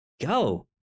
Go